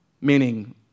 meaning